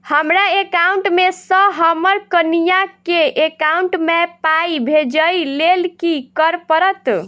हमरा एकाउंट मे सऽ हम्मर कनिया केँ एकाउंट मै पाई भेजइ लेल की करऽ पड़त?